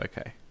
okay